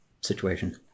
situation